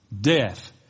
death